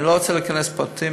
אני לא רוצה להיכנס לפרטים.